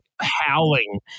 howling